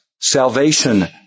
salvation